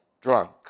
drunk